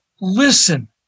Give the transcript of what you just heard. listen